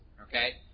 Okay